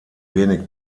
wenig